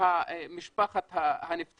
ועם משפחת הנפטר.